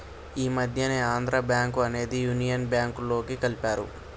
ఈ మధ్యనే ఆంధ్రా బ్యేంకు అనేది యునియన్ బ్యేంకులోకి కలిపారు